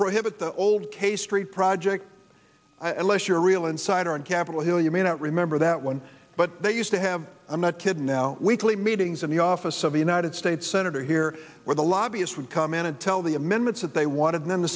prohibit the old k street project unless you're a real insider on capitol hill you may not remember that one but they used to have i'm not kidding now weekly meetings in the office of the united states senate are here where the lobbyists would come in and tell the amendments that they wanted and then the